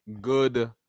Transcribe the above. good